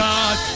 God